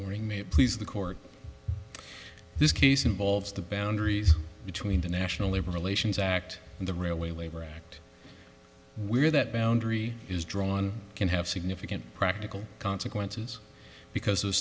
morning may please the court this case involves the boundaries between the national labor relations act and the railway labor act we're that boundary is drawn can have significant practical consequences because